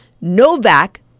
Novak